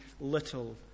little